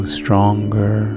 stronger